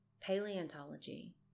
paleontology